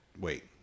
Wait